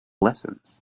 lessons